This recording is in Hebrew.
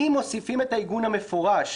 אם מוסיפים את העיגון המפורש,